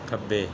ਖੱਬੇ